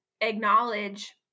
acknowledge